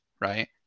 right